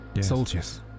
Soldiers